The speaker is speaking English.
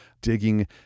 digging